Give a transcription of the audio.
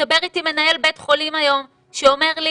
מדבר איתי מנהל בית חולים היום, שאומר לי